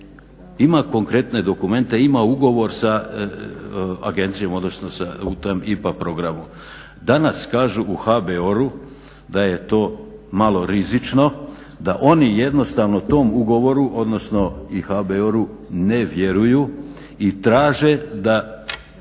Ima konkretne dokumente, ima ugovor sa agencijom odnosno u tom IPA programu. Danas kažu u HBOR-u da je to malo rizično, da oni jednostavno tom ugovoru, odnosno i HBOR-u ne vjeruju i traže da